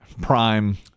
Prime